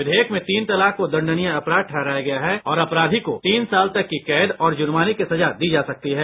विधेयक में तीन तलाक को दण्डनीय अपराध ठहराया गया है और अपराधी को तीन साल तक की कैद और जुर्माने की सजा दी जा सकती है